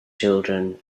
children